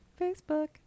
Facebook